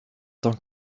tant